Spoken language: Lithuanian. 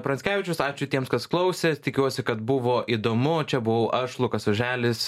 pranckevičius ačiū tiems kas klausė tikiuosi kad buvo įdomu čia buvau aš lukas oželis